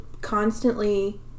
constantly